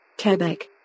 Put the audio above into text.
Quebec